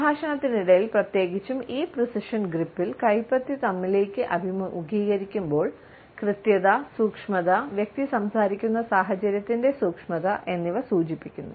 സംഭാഷണത്തിനിടയിൽ പ്രത്യേകിച്ചും ഈ പ്രീസിഷൻ ഗ്രിപ്പിൽ കൈപ്പത്തി നമ്മിലേക്ക് അഭിമുഖീകരിക്കുമ്പോൾ കൃത്യത സൂക്ഷ്മത വ്യക്തി സംസാരിക്കുന്ന സാഹചര്യത്തിന്റെ സൂക്ഷ്മത എന്നിവ സൂചിപ്പിക്കുന്നു